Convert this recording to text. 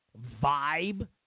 vibe